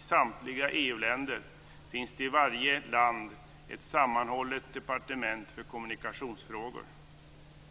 samtliga EU-länder - finns det i varje land ett sammanhållet departement för kommunikationsfrågor.